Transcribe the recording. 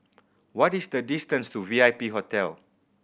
what is the distance to V I P Hotel